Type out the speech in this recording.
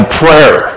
prayer